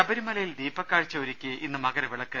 ശബരിമലയിൽ ദീപക്കാഴ്ച ഒരുക്കി ഇന്ന് മകരവിളക്ക്